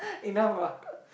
enough lah